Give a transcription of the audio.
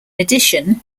addition